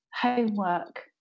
homework